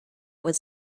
was